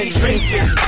drinking